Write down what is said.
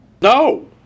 No